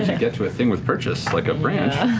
and get to a thing with purchase, like a branch.